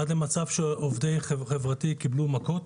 עד למצב שעובדי חברתי קיבלו מכות,